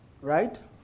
right